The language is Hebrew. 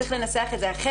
צריך לנסח את זה אחרת.